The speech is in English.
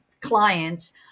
clients